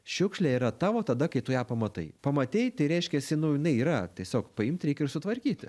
šiukšlė yra tavo tada kai tu ją pamatai pamatei tai reiškiasi nu jinai yra tiesiog paimti reikia ir sutvarkyti